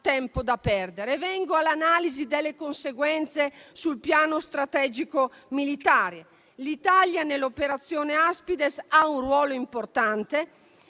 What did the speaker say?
tempo da perdere. Vengo all'analisi delle conseguenze sul piano strategico e militare. L'Italia nell'operazione Aspides ha un ruolo importante.